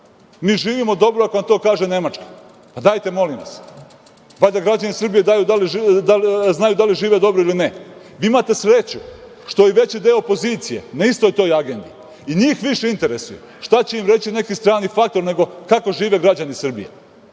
Mi živimo dobro ako nam to kaže Nemačka. Dajte, molim vas, valjda građani Srbije znaju da li žive dobro ili ne. Vi imate sreću što je veći deo opozicije na istoj toj agendi i njih više interesuje šta će im reći neki strani faktor, nego kako žive građani Srbije.